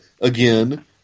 again